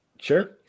Sure